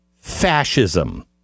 fascism